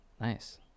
Nice